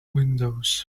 windows